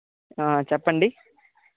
చెప్పండి